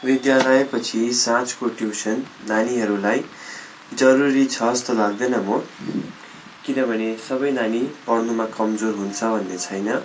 विद्यालय पछि साँझको ट्युसन नानीहरूलाई जरुरी छ जस्तो लाग्दैन म किनभने सबै नानी पढ्नुमा कमजोर हुन्छ भन्नै छैन